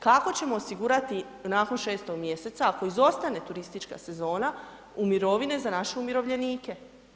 Kako ćemo osigurati nakon 6. mjeseca ako izostane turistička sezona u mirovine za naše umirovljenike?